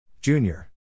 Junior